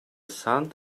sand